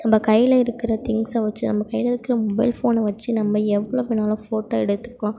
நம்ம கையில் இருக்கிற திங்ஸை வெச்சு நம்ம கையில் இருக்கிற மொபைல் ஃபோன்னு வெச்சு நம்ம எவ்வளோ வேணாலும் ஃபோட்டோ எடுத்துக்கலாம்